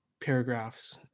paragraphs